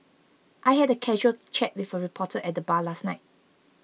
I had a casual chat with a reporter at the bar last night